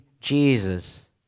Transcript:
Jesus